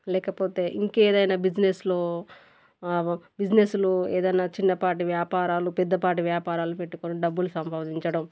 లేకపోతే ఇంకే ఏదైనా బిజినెస్లో బిజినెస్లు ఏదైనా చిన్నపాటి వ్యాపారాలు పెద్ద పాటి వ్యాపారాలు పెట్టుకుని డబ్బులు సంపాదించడం